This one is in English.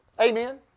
Amen